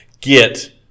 get